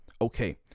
Okay